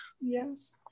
yes